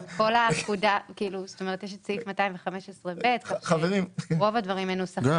יש את סעיף 215 ב ורוב הדברים מנוסחים